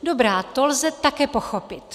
Dobrá, to lze také pochopit.